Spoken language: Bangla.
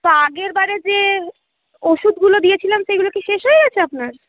তো আগেরবারে যে ওষুধগুলো দিয়েছিলাম সেগুলো কি শেষ হয়ে গেছে আপনার